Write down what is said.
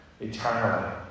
eternally